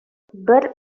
бер